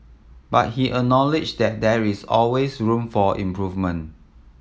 but he acknowledged that there is always room for improvement